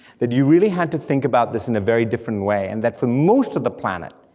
that you really had to think about this in a very different way and that for most of the planet,